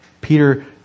Peter